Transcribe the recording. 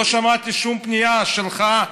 לא שמעתי שום פנייה שלך,